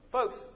Folks